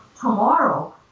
tomorrow